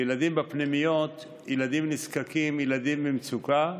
וילדים בפנימיות הם ילדים נזקקים, ילדים במצוקה,